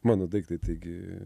mano daiktai taigi